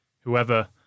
Whoever